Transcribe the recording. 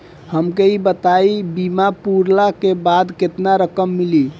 हमके ई बताईं बीमा पुरला के बाद केतना रकम मिली?